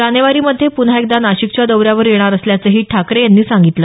जानेवारी मध्ये पुन्हा एकदा नाशिकच्या दौऱ्यावर येणार असल्याचंही ठाकरे यांनी सांगितलं